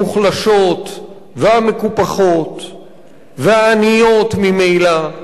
המוחלשות והמקופחות והעניות ממילא,